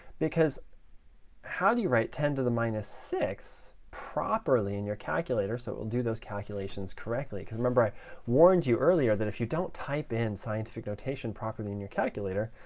because how do you write ten to the minus six properly in your calculator so it will do those calculations correctly? because remember, i warned you earlier that if you don't type in scientific notation properly in your calculator,